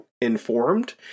informed